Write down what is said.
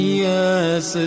yes